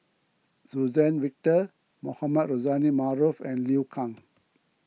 Suzann Victor Mohamed Rozani Maarof and Liu Kang